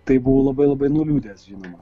tai buvau labai labai nuliūdęs žinoma